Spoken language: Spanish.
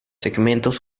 segmentos